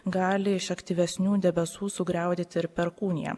gali iš aktyvesnių debesų sugriaudėti ir perkūnija